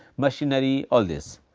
machinery all these,